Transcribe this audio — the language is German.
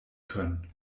können